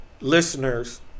listeners